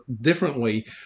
differently